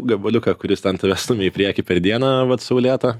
gabaliuką kuris ten tave stumia į priekį per dieną vat saulėtą